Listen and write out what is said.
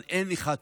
אבל אין אחד כזה,